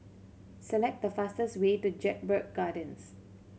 select the fastest way to Jedburgh Gardens